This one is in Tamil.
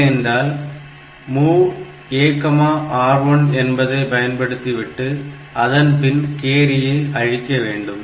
இல்லையென்றால் MOV AR1 என்பதை பயன்படுத்திவிட்டு அதன்பின் கேரியை அழிக்க வேண்டும்